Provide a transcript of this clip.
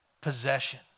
possession